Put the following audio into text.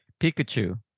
pikachu